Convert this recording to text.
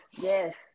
yes